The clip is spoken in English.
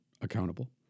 accountable